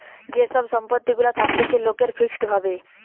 যে সব সম্পত্তি গুলা থাকতিছে লোকের ফিক্সড ভাবে